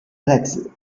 rätsel